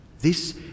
This